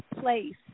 place